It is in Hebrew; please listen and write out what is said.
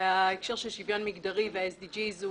וההקשר של שוויון מיגדרי ב- SDGsהוא